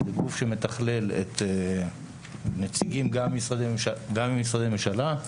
שזה גוף שמתכלל גם משרדי ממשלה,